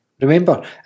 Remember